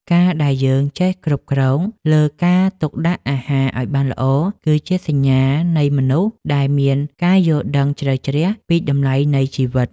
ការដែលយើងចេះគ្រប់គ្រងលើការទុកដាក់អាហារឱ្យបានល្អ គឺជាសញ្ញានៃមនុស្សដែលមានការយល់ដឹងជ្រៅជ្រះពីតម្លៃនៃជីវិត។